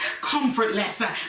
comfortless